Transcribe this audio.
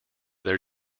their